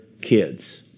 kids